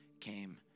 came